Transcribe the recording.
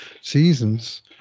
seasons